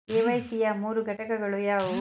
KYC ಯ ಮೂರು ಘಟಕಗಳು ಯಾವುವು?